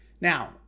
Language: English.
Now